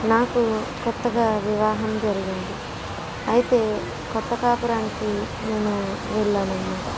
నాకు కొత్తగా వివాహం జరిగింది అయితే కొత్త కాపురానికి నేను వెళ్ళాను అన్నమాట